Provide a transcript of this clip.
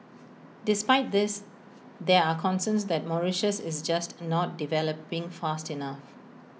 despite this there are concerns that Mauritius is just not developing fast enough